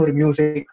music